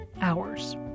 hours